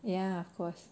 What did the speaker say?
ya of course